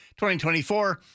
2024